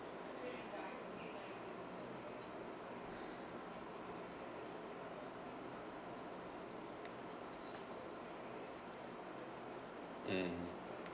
mm